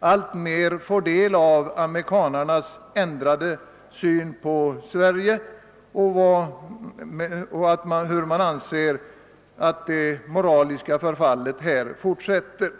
alltmer kan konstatera amerikanernas ändrade syn på Sverige — de anser att det moraliska förfallet här fortsätter.